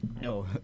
no